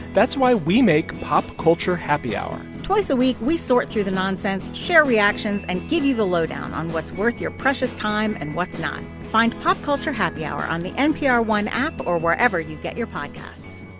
that's why we make pop culture happy hour twice a week, we sort through the nonsense, share reactions and give you the lowdown on what's worth your precious time and what's not. find pop culture happy hour on the npr one app or wherever you get your podcasts